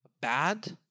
bad